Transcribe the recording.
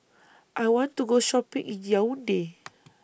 I want to Go Shopping in Yaounde